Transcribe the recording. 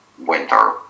winter